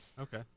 Okay